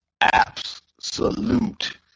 Absolute